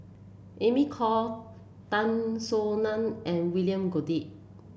Amy Khor Tan Soo Nan and William Goode